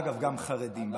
אגב, גם חרדים בהייטק,